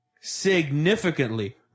significantly